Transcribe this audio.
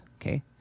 okay